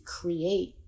create